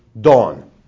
dawn